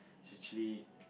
is actually